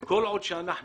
ולומר שכל עוד אנחנו